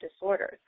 disorders